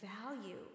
value